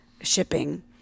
shipping